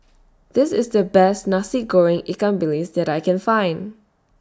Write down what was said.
This IS The Best Nasi Goreng Ikan Bilis that I Can Find